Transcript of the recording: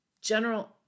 general